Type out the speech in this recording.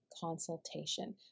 consultation